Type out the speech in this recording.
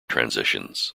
transitions